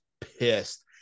pissed